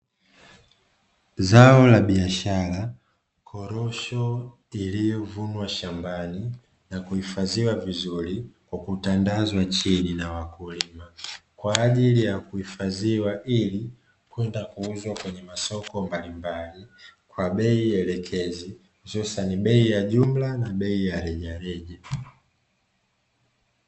Zao la biashara korosho iliyovunwa shambani na kuhifadhiwa vizuri kwa kutandazwa chini na wakulima kwa ajili ya kuhifadhiwa, ili kwenda kuuzwa kwenye masoko mbalimbali kwa bei elekezi sasa ni bei ya jumla na bei ya rejareja